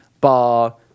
bar